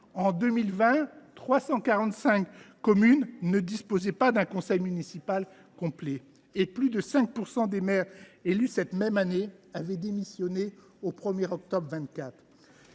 En 2020, 345 communes ne disposaient pas d’un conseil municipal complet, et plus de 5 % des maires élus cette année là avaient démissionné au 1 octobre 2024.